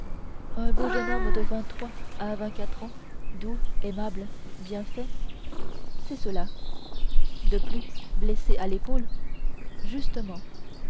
un beau jeune homme de vingt-trois à vingt-quatre ans doux aimable bien fait de plus blessé à l'épaule c'est cela justement